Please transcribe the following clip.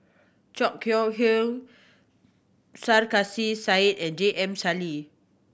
Chor Yeok Eng Sarkasi Said and J M Sali